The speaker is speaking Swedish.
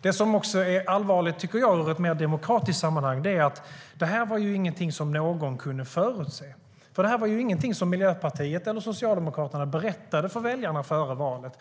Det som jag också tycker är allvarligt i ett mer demokratiskt sammanhang är att ingen kunde förutse detta. Det var ingenting som Miljöpartiet eller Socialdemokraterna berättade för väljarna före valet.